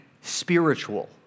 spiritual